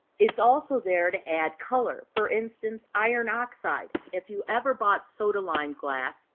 it's also there to add color. for instance, iron oxide. if you ever bought soda lime glass,